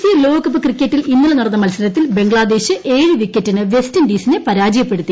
C ലോകകപ്പ് ക്രിക്കറ്റിൽ ഇന്നലെ നടന്ന മൽസരത്തിൽ ബംഗ്ലാദേശ് ഏഴ് വിക്കറ്റിന് വെസ്റ്റ് ഇൻഡീസിനെ പരാജയപ്പെടുത്തി